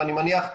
ואני מניח,